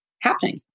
happening